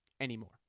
anymore